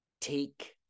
take